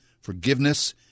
forgiveness